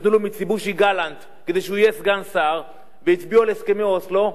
ונתנו לו "מיצובישי גלנט" כדי שהוא יהיה סגן שר והצביעו על הסכם אוסלו,